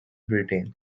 britain